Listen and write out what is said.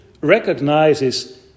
recognizes